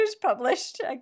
published